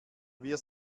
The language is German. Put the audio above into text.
wir